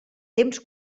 temps